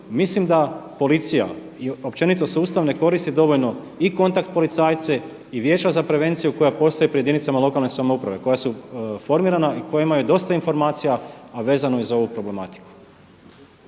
mislim da policija, općenito sustav ne koristi dovoljno i kontakt policajce i vijeća za prevenciju koja postoje pred jedinica lokalne samouprave koja su formirana i koja imaju dosta informacija, a vezano je za ovu problematiku.